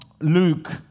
Luke